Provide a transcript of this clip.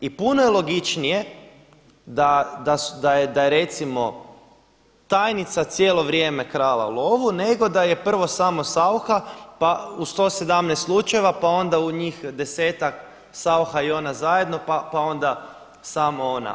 I puno je logičnije da je recimo tajnica cijelo vrijeme krala lovu, nego da je prvo samo Saucha u 117 slučajeva, pa onda u njih desetak Saucha i ona zajedno, pa onda samo ona.